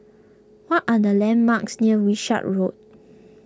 what are the landmarks near Wishart Road